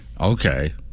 Okay